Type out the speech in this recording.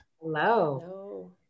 Hello